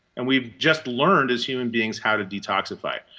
and we've just learned as human beings how to detoxify it.